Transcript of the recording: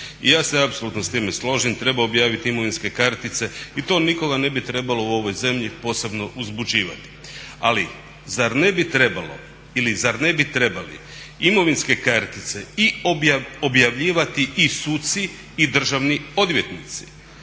I ja se apsolutno s time slažem. Treba objaviti imovinske kartice i to nikoga ne bi trebalo u ovoj zemlji posebno uzbuđivati. Ali zar ne bi trebalo ili zar ne bi trebali imovinske kartice i objavljivati i suci i državni odvjetnici?